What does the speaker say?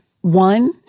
One